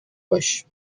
باش